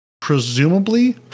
presumably